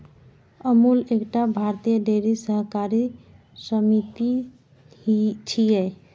अमूल एकटा भारतीय डेयरी सहकारी समिति छियै